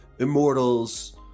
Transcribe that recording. Immortals